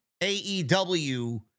AEW